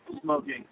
smoking